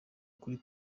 kuri